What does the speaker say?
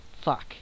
Fuck